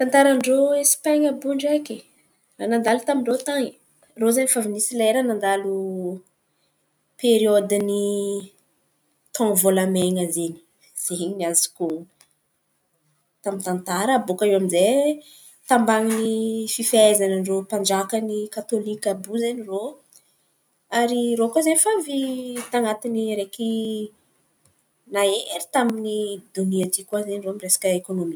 Tantaran-drô Espan̈a àby iô ndraiky, raha nandalo tamin-drô tan̈y, irô zen̈y favy nisy lerany nandalo periôdy ny tôno volamena izen̈y. Zen̈y ny nazoko tamin’ny tantara. Baka eo aminzay tambany fifahaizan-drô mpanjakan’ny katôlika àby iô izen̈y irô ary rô koa fa avy tanatin’ny araiky nahery tamin’ny olonia ity resaka ekônômy.